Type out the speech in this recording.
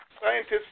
scientists